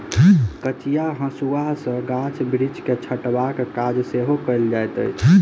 कचिया हाँसू सॅ गाछ बिरिछ के छँटबाक काज सेहो कयल जाइत अछि